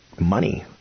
money